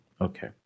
okay